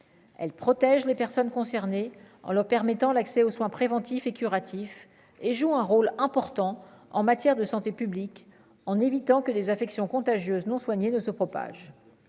elle protège les personnes concernées en leur permettant l'accès aux soins préventifs et curatifs et joue un rôle important en matière de santé publique, en évitant que les affections contagieuses non soignées ne se propage,